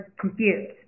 confused